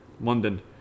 London